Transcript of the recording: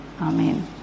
Amen